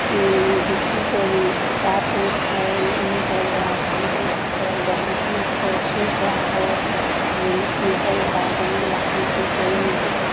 বিক্ৰী কৰি তাৰ পইচাৰে নিজৰ ল'ৰা ছোৱালীবিলাকক পঢ়া শুনা খৰচো কৰা হয় আমি নিজৰ উপাৰ্জনবিলাক এনেকৈ কৰি নিজ